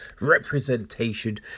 representation